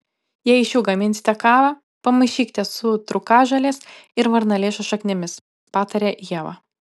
jei iš jų gaminsite kavą pamaišykite su trūkažolės ir varnalėšos šaknimis pataria ieva